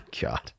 God